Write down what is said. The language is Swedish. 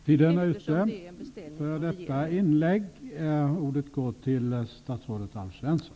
Tiden är ute för detta inlägg. Ordet går till statsrådet Alf Svensson.